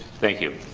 thank you,